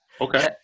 Okay